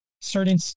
certain